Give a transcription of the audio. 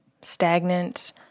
stagnant